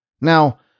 Now